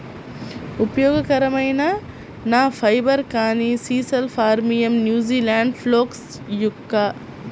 ఉపయోగకరమైన ఫైబర్, కానీ sisal phormium, New Zealand flax yucca